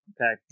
Okay